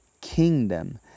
kingdom